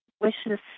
wishes